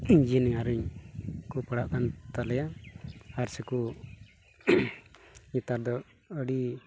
engineering ᱠᱚ ᱯᱟᱲᱦᱟᱜ ᱠᱟᱱ ᱛᱟᱞᱮᱭᱟ ᱟᱨ ᱥᱮᱠᱚ ᱱᱮᱛᱟᱨ ᱫᱚ ᱟᱹᱰᱤ